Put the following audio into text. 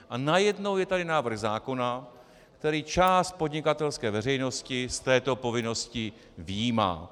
A najednou je tady návrh zákona, který část podnikatelské veřejnosti z této povinnosti vyjímá.